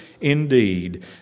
indeed